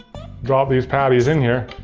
drop these patties in here.